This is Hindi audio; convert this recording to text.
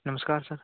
नमस्कार सर